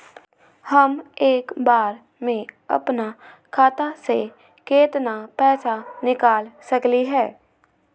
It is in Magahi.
हम एक बार में अपना खाता से केतना पैसा निकाल सकली ह?